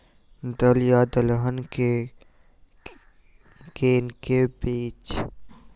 दल या दलहन केँ के बीज केँ खेती साल मे कम सँ कम दु बेर कैल जाय सकैत अछि?